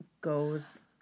goes